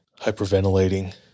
hyperventilating